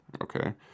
Okay